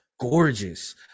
gorgeous